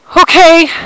Okay